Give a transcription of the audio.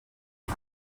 amb